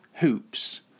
Hoops